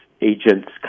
agents